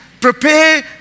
prepare